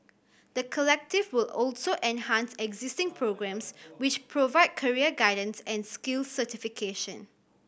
the Collective will also enhance existing programmes which provide career guidance and skills certification